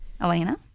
Elena